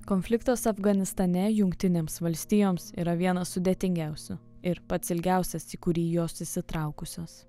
konfliktas afganistane jungtinėms valstijoms yra vienas sudėtingiausių ir pats ilgiausias į kurį jos įsitraukusios